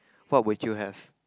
what would you have